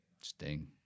Sting